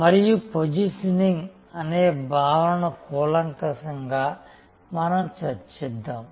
మరియు పొజిషనింగ్ అనే భావనను కూలంకషంగా మనం చర్చిద్దాం